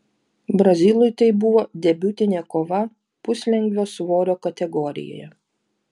brazilui tai buvo debiutinė kova puslengvio svorio kategorijoje